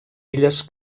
illes